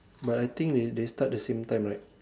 but I think they they start the same time right